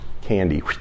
candy